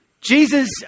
Jesus